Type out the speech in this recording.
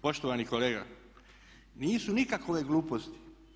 Poštovani kolega, nisu nikakove gluposti.